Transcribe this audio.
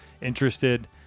interested